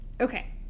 Okay